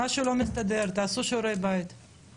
אנחנו נשלח מכתב לשר הביטחון ולרמטכ"ל.